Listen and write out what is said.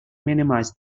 minimize